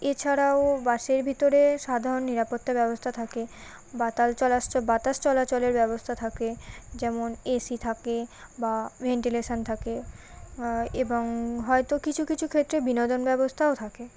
এছাড়াও বাসের ভিতরে সাধারণ নিরাপত্তা ব্যবস্থা থাকে বাতাল চলাস্ চ বাতাস চলাচলের ব্যবস্থা থাকে যেমন এসি থাকে বা ভেন্টিলেশন থাকে এবং হয়তো কিছু কিছু ক্ষেত্রে বিনোদন ব্যবস্থাও থাকে